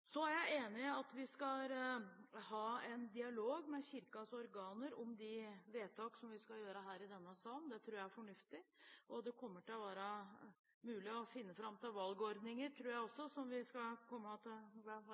Så er jeg enig i at vi skal ha en dialog med Kirkens organer om de vedtak som vi skal gjøre her i denne salen. Det tror jeg er fornuftig. Det kommer til å være mulig å finne fram til valgordninger, tror jeg også, som vi skal komme til